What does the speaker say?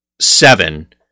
seven